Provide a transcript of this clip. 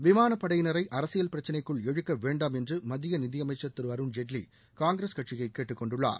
விமானப்படையினரை அரசியல் பிரச்சிளைக்குள் இழுக்க வேண்டாம் என்று மத்திய நிதியமைச்சர் திரு அருண் ஜேட்லி காங்கிரஸ் கட்சியை கேட்டுக்கொண்டுள்ளார்